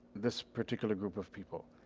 this particular group of people.